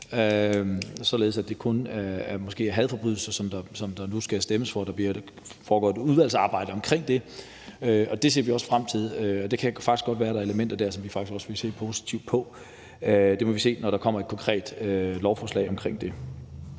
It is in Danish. således at det kun måske er hadforbrydelser, der nu skal stemmes om. Der foregår et udvalgsarbejde om det, og det ser vi også frem til. Det kan faktisk godt være, at der er elementer der, som vi også vil se positivt på. Det må vi se, når der kommer et konkret lovforslag om det.